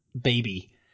baby